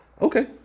Okay